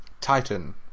Titan